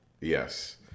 Yes